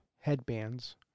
headbands